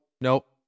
nope